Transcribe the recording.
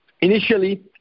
Initially